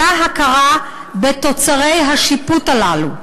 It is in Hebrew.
אלא הכרה בתוצרי השיפוט הללו.